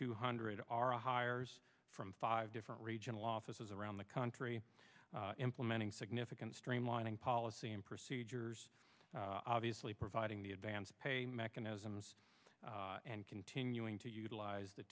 two hundred or a hires from five different regional offices around the country implementing significant streamlining policy and procedures obviously providing the advanced pay mechanisms and continuing to utilize the